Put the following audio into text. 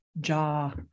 jaw